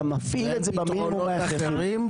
אתה מפעיל את זה במינימום ההכרחי.